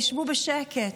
תשבו בשקט.